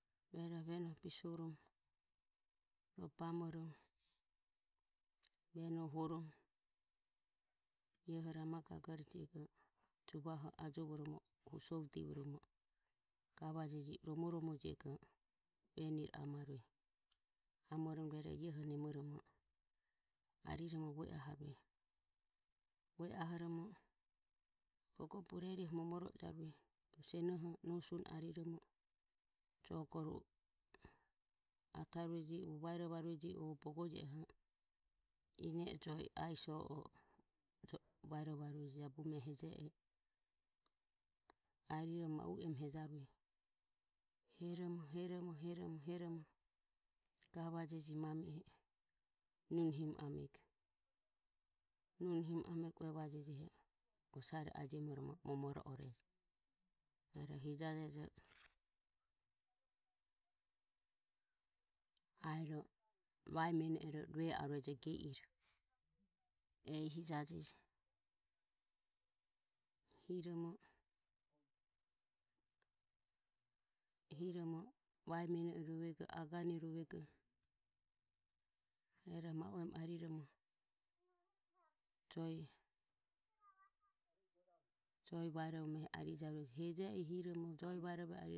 Va o vene bisovorom va o bamorom veno huorom ioho ia a mo gagore jiego juvaho ajovoromo husuvodi voromo romo romo jiego ruero onore va o bamoromo rueroho io ho ravego ariromo ue aharueje. Ue ahoromo bogo burerioho momoro ojarue rohu senoho nosi une ariromo jogoru e atarueje, vaero varueje o bogo o jie oho ine joe asiso vaerovarueje. Jabume arirom ma u emu hejaruje. heromo. heromo gavajeji mami e nune himo a mego uevajeje osare ajiomorejo va o momoro orejo. Aero vae meno e ro rue arejo ge i ro ehi jajeji, hiromo va meno e rovego, agane. Ruerohe ma u e mu ariromo joe vaeromo ehi arijarueji, va o ariromo ha.